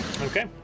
Okay